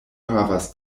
havas